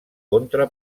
contra